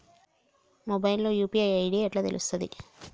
Mobile లో UPI ID ఎట్లా తెలుస్తది?